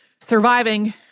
surviving